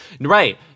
Right